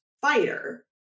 Fighter